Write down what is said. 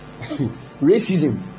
racism